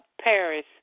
Paris